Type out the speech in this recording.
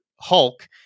Hulk